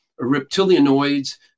reptilianoids